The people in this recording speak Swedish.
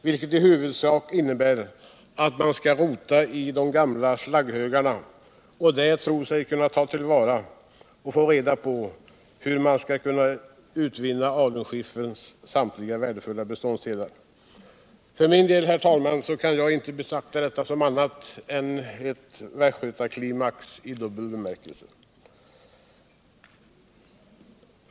vilket i huvudsak innebär att man rotar i de gamla slagghögarna där man tror sig kunna få reda på hur alunskifferns samtliga värdefulla beståndsdelar kan tillvaratas. Jag kan för min del inte beteckna detta som annat än en västgötaklimax i dubbel bemärkelse.